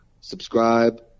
Subscribe